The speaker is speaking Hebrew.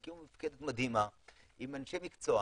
הקימו מפקדה מדהימה עם אנשי מקצוע,